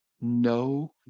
No